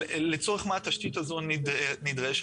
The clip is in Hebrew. לצורך מה התשתית הזו נדרשת?